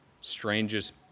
strangest